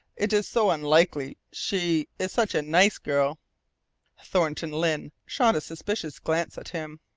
it is so unlikely she is such a nice girl thornton lyne shot a suspicious glance at him.